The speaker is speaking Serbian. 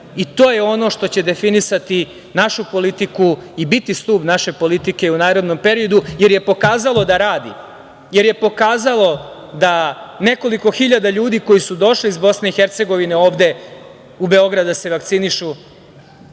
To je ono što će definisati našu politiku i biti stup naše politike u narednom periodu, jer je pokazalo da radi, jer je pokazalo da nekoliko hiljada ljudi koji su došli iz BiH ovde u Beograd da se vakcinišu,